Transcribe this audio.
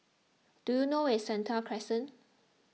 do you know where is Sentul Crescent